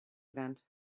event